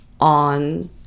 on